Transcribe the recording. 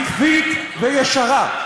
עקבית וישרה.